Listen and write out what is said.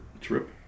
trip